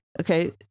Okay